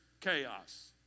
chaos